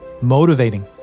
motivating